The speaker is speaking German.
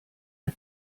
ihr